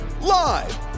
live